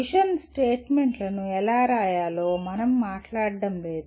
machine స్టేట్మెంట్లను ఎలా రాయాలో మనం మాట్లాడటం లేదు